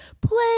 play